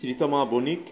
Sreetama Banik